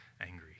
angry